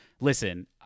listen